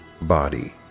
body